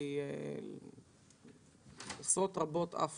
עם עשרות רבות של עובדים,